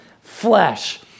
flesh